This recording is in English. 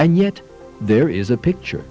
and yet there is a picture